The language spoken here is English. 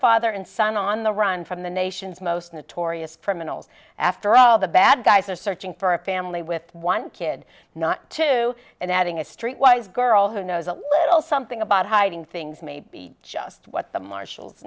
father and son on the run from the nation's most notorious criminals after all the bad guys are searching for a family with one kid not two and adding a streetwise girl who knows a little something about hiding things may be just what the marshals